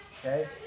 Okay